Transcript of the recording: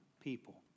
people